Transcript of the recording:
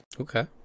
okay